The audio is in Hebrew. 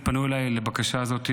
פנו אליי בבקשה הזאת,